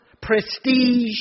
prestige